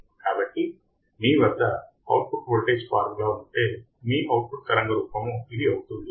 కాబట్టి మీ వద్ద ఈ అవుట్పుట్ వోల్టేజ్ ఫార్ములా ఉంటే మీ అవుట్పుట్ తరంగ రూపము ఇది అవుతుంది